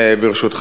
ברשותך,